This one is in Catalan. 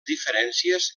diferències